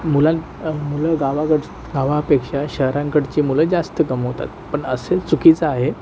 मुलां मुलं गावाकडचं गावापेक्षा शहरांकडची मुलं जास्त कमावतात पण असे चुकीचं आहे